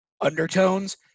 undertones